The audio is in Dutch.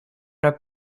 naar